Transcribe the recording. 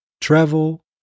travel